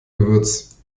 gewürz